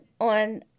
on